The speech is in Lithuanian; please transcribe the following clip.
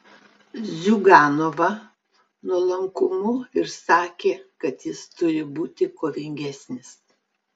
ziuganovą nuolankumu ir sakė kad jis turi būti kovingesnis